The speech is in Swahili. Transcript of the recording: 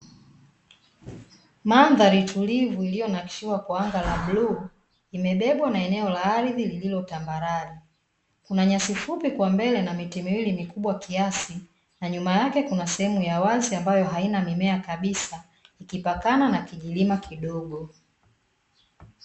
Mandhari tulivu iliyonakshiwa kwa anga la bluu, imebebwa na eneo la ardhi lililo tambarare. Kuna nyasi fupi kwa mbele na miti miwili mikubwa kiasi na nyuma yake kuna sehemu ya wazi ambayo haina mimea kabisa ikipakana na kijilima kidogo.